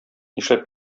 нишләп